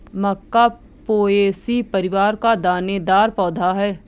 मक्का Poaceae परिवार का दानेदार पौधा है